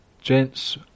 gents